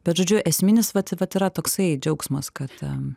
bet žodžiu esminis vat vat yra toksai džiaugsmas kad